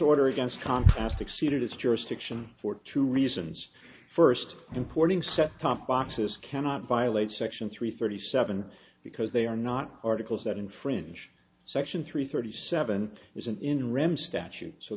its jurisdiction for two reasons first importing set top boxes cannot violate section three thirty seven because they are not articles that infringe section three thirty seven isn't in ram statute so